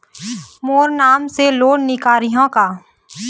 मोर नाम से लोन निकारिही का?